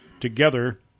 Together